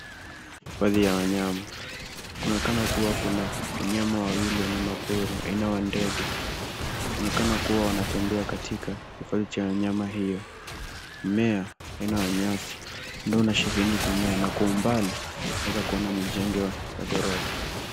Hifadhi ya wanyama. Kunaonekana kuwa kuna wanyama wawili wanyama pori aina wa ndege. Wanaonekana kuwa wanatembea katika hifadhi cha wanyama hiyo. Mmea aina wa nyasi ndio unasheheni kumea na kwa umbali naweza kuona mijengo ya ghorofa.